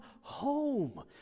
home